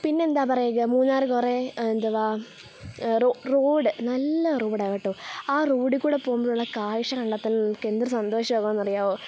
പിന്നെ എന്താണ് പറയുക മൂന്നാർ കുറേ എന്തുവാ റോ റോഡ് നല്ല റോഡ് ആണ് കേട്ടോ ആ റോഡിൽ കൂടെ പോകുമ്പോഴുള്ള കാഴ്ച കണ്ടാൽ തന്നെ നമുക്ക് എന്തൊരു സന്തോഷം ആകും എന്നറിയാമോ